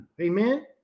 amen